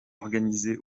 organisé